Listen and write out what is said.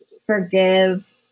forgive